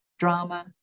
Drama